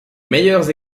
meilleurs